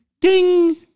Ding